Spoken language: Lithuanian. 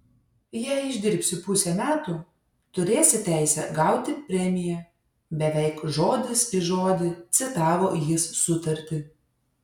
jei išdirbsi pusę metų turėsi teisę gauti premiją beveik žodis į žodį citavo jis sutartį